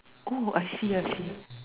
oh I see I see